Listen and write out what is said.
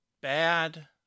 bad